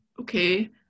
Okay